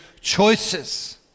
choices